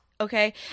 Okay